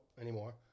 anymore